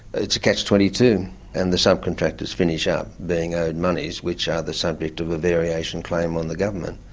it's a catch twenty two and the subcontractors finish ah up being owed moneys which are the subject of a variation claim on the government.